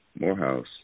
Morehouse